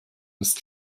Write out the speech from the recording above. des